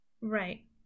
Right